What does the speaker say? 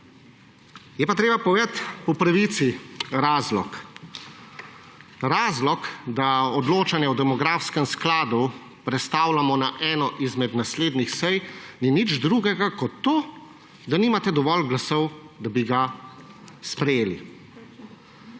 Je pa treba povedati razlog po pravici. Razlog, da odločanje o demografskem skladu prestavljamo na eno izmed naslednjih sej, ni nič drugega kot to, da nimate dovolj glasov, da bi ga sprejeli,